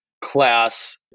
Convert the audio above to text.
class